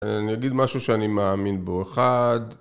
אני אגיד משהו שאני מאמין בו. אחד...